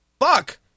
Fuck